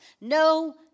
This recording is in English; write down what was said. No